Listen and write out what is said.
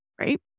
right